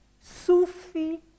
Sufi